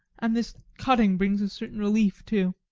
and this cutting brings a certain relief, too.